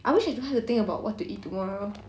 I wish I don't have to think about what to eat tomorrow